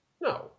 No